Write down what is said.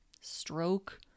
stroke